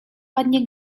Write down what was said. ładnie